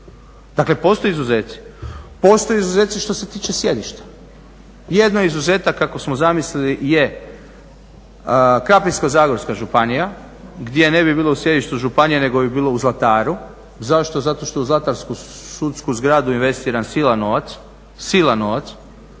Dakle postoje izuzeci. Postoje izuzeci što se tiče sjedišta. Jedan izuzetak kako smo zamislili je Krapinsko-zagorska županija gdje ne bi bilo u sjedištu županija nego bi bilo u Zlataru. Zašto? Zašto u Zlatarsku sudsku zgradu je investiran silan novac, silan novac.